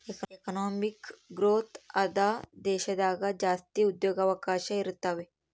economic growth ಆದ ದೇಶದಾಗ ಜಾಸ್ತಿ ಉದ್ಯೋಗವಕಾಶ ಇರುತಾವೆ